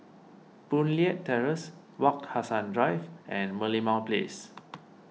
Boon Leat Terrace Wak Hassan Drive and Merlimau Place